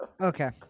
Okay